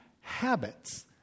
habits